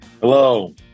Hello